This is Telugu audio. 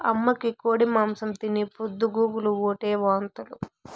అమ్మకి కోడి మాంసం తిని పొద్దు గూకులు ఓటే వాంతులు